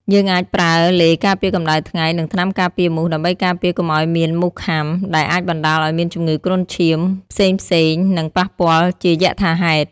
យើងអាចប្រើឡេការពារកំដៅថ្ងៃនិងថ្នាំការពារមូសដើម្បីការពារកុំឲ្យមានមូសខាំដែលអាចបណ្តាលឲ្យមានជំនឺគ្រុនឈាមផ្សេងៗនិងប៉ះពាលជាយថាហេតុ។